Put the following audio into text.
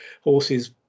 Horses